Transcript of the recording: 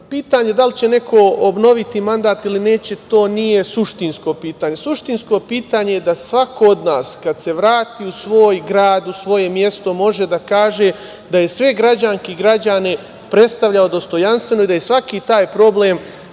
pitanje da li će neko obnoviti mandat ili neće, to nije suštinsko pitanje. Suštinsko pitanje je da svako od nas, kad se vrati u svoj grad, u svoje mesto, može da kaže da je sve građanke i građane predstavljao dostojanstveno i da je svaki taj problem